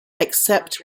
except